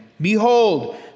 Behold